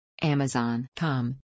Amazon.com